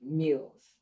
meals